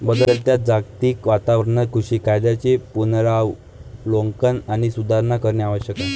बदलत्या जागतिक वातावरणात कृषी कायद्यांचे पुनरावलोकन आणि सुधारणा करणे आवश्यक आहे